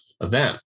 event